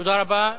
תודה רבה.